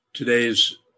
Today's